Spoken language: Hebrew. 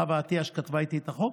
לחווה עטייה, שכתבה איתי את החוק,